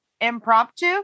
impromptu